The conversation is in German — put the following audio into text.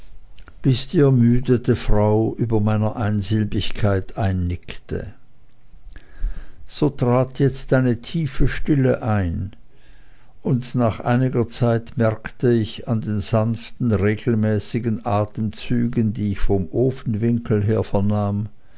bis die ermüdete frau über meiner einsilbigkeit einnickte so trat jetzt eine tiefe stille ein und nach einiger zeit merkte ich an den sanften regelmäßigen atemzügen die ich vom ofenwinkel her